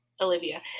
Olivia